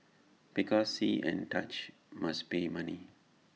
because see and touch must pay money